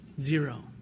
Zero